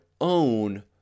own